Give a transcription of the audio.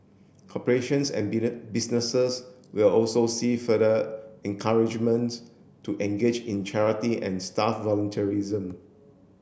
corporations and businesses will also see further encouragement to engage in charity and staff volunteerism